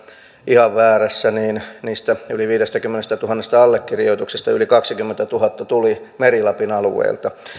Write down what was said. ihan väärässä niin niistä yli viidestäkymmenestätuhannesta allekirjoituksesta yli kaksikymmentätuhatta tuli meri lapin alueelta